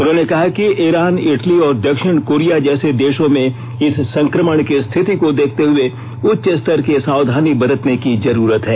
उन्होंने कहा कि ईरान इटली और दक्षिण कोरिया जैसे देशों में इस संक्रमण की स्थिति को देखते हुए उच्चस्तर की सावधानी बरतने की जरूरत है